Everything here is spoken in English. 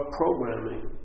programming